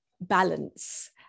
balance